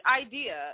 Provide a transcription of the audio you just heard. idea